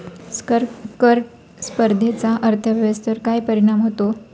कर स्पर्धेचा अर्थव्यवस्थेवर काय परिणाम होतो?